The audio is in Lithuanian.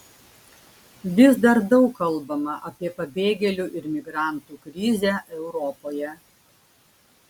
vis dar daug kalbama apie pabėgėlių ir migrantų krizę europoje